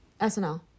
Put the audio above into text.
SNL